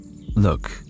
Look